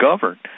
govern